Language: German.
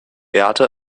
erde